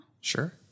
Sure